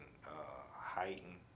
heighten